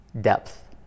depth